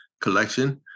Collection